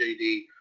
JD